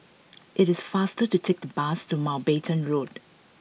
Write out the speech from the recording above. it is faster to take the bus to Mountbatten Road